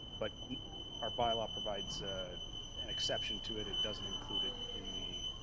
but our bylaw provides an exception to it. it doesn't include it in the